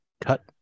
cut